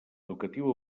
educatiu